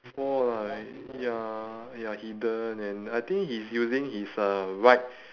!wah! ya ya hidden and I think he is using his uh right